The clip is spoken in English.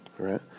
right